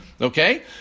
okay